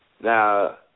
Now